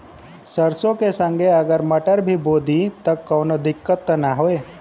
सरसो के संगे अगर मटर भी बो दी त कवनो दिक्कत त ना होय?